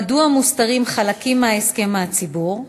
מדוע מוסתרים חלקים מההסכם מהציבור?